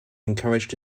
encouraged